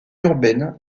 urbaine